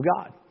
God